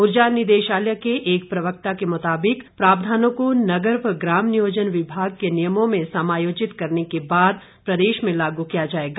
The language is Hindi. ऊर्जा निदेशालय के एक प्रवक्ता के मुताबिक प्रावधानों को नगर व ग्राम नियोजन विभाग के नियमों में समायोजित करने के बाद प्रदेश में लागू किया जाएगा